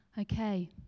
Okay